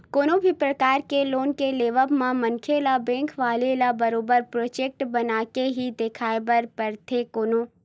कोनो भी परकार के लोन के लेवब म मनखे ल बेंक वाले ल बरोबर प्रोजक्ट बनाके ही देखाये बर परथे कोनो